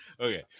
Okay